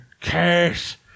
Cash